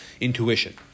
intuition